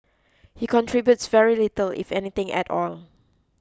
he contributes very little if anything at all